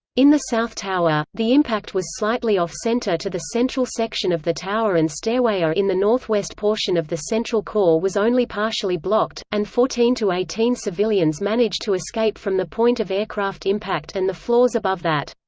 in the south tower, the impact was slightly off center to the central section of the tower and stairway a in the northwest portion of the central core was only partially blocked, and fourteen to eighteen civilians managed to escape from the point of aircraft impact and the floors above that.